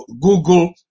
Google